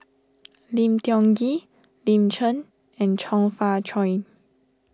Lim Tiong Ghee Lin Chen and Chong Fah Cheong